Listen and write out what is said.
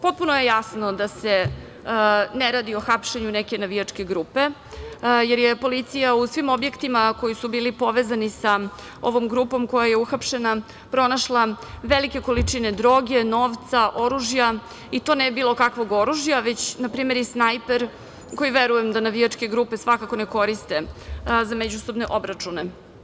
Potpuno je jasno da se ne radi o hapšenju neke navijačke grupe, jer je policija u svim objektima koji su bili povezani sa ovom grupom koja je uhapšena, pronašla velike količine droge, novca, oružja, i to ne bilo kakvog oružja, već na primer i snajper, koji verujem da navijačke grupe svakako ne koriste za međusobne obračune.